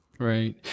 Right